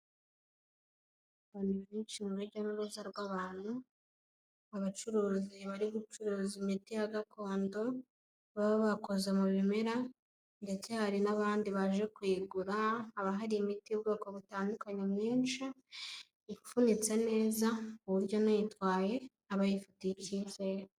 Abantu benshi mu rujya n'uruza rw'abantu, abacuruzi bari gucuruza imiti ya gakondo baba bakoze mu bimera ndetse hari n'abandi baje kuyigura, haba hari imiti y'ubwoko butandukanye mwinshi, ipfunitse neza ku buryo n'uyitwaye aba yifitiye ikizere.